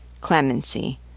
Clemency